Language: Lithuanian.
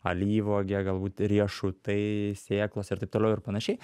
alyvuogė galbūt riešutai sėklos ir taip toliau ir panašiai